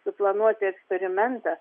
suplanuoti eksperimentą